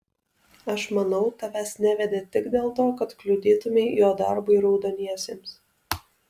aš manau tavęs nevedė tik dėl to kad kliudytumei jo darbui raudoniesiems